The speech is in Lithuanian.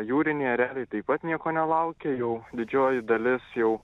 jūriniai ereliai taip pat nieko nelaukia jau didžioji dalis jau